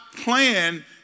plan